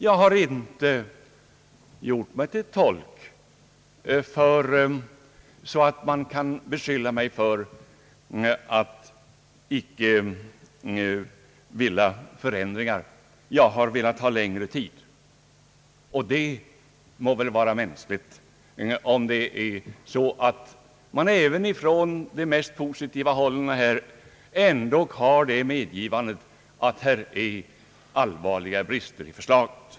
Jag har inte uttalat mig på sådant sätt att jag kan beskyllas för att inte vilja vara med om förändringar. Jag har endast velat att vi skulle ha längre tid på oss, vilket väl må vara mänskligt då det även från de mest positiva hållen har erkänts att det finns allvarliga brister i förslaget.